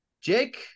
Jake